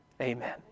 Amen